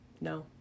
No